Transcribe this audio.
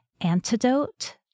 antidote